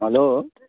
hello